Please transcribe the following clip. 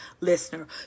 listener